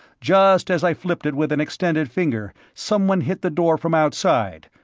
just as i flipped it with an extended finger, someone hit the door from outside,